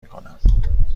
میکنم